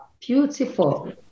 beautiful